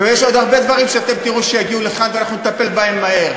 יש עוד הרבה דברים שאתם תראו שיגיעו לכאן ואנחנו נטפל בהם מהר,